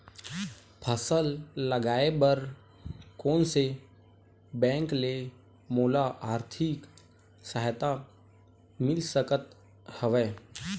फसल लगाये बर कोन से बैंक ले मोला आर्थिक सहायता मिल सकत हवय?